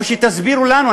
או שתסבירו לנו,